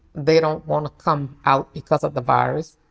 they don't wanna come out because of the virus.